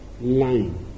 line